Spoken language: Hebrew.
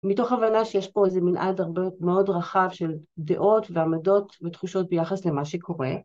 מתוך הבנה שיש פה איזה מנעד מאוד רחב של דעות ועמדות ותחושות ביחס למה שקורה.